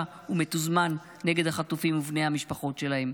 ומתוזמן נגד החטופים ובני המשפחות שלהם,